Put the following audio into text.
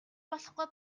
болохгүй